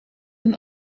een